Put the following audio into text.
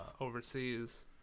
overseas